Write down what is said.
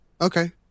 Okay